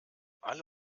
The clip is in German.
alle